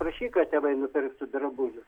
prašyk kad tėvai nupirktų drabužių